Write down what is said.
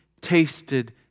tasted